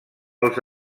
els